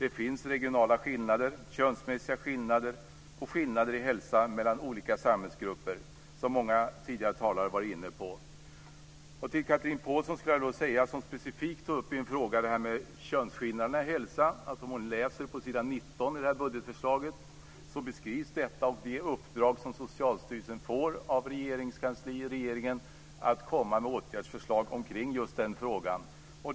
Det finns regionala skillnader, könsmässiga skillnader och skillnader i hälsa mellan olika samhällsgrupper, som många tidigare talare har varit inne på. Chatrine Pålsson tog upp den specifika frågan om könsskillnader och hälsa.